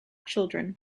children